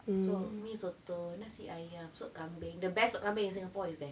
so mee soto nasi ayam sup kambing the best sup kambing in singapore is there